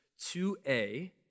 2a